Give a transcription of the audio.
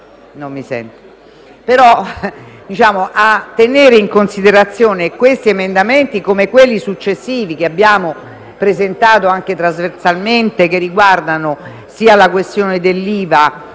non so se mi sta ascoltando - a tenere in considerazione questi emendamenti, così come quelli successivi che abbiamo presentato anche trasversalmente, che riguardano sia la questione dell'IVA